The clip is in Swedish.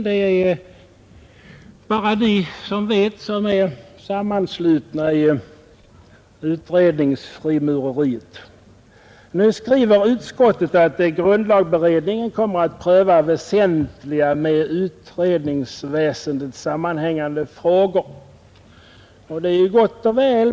Det är bara de som vet, som är sammanslutna i utredningens frimureri. Utskottet skriver i sitt utlåtande att ”grundlagberedningen kommer att pröva väsentliga med utredningsväsendet sammanhängande frågor”, och det är gott och väl.